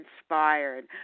Inspired